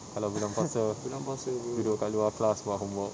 kalau bulan puasa duduk kat luar class buat homework